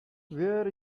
where